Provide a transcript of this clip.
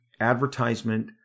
advertisement